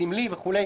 סמלי וכו'.